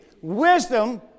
Wisdom